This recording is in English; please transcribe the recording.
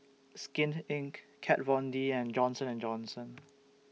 Skin Inc Kat Von D and Johnson and Johnson